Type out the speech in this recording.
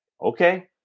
okay